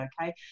okay